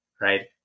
right